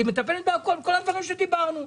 היא מטפלת בכל הדברים עליהם דיברנו.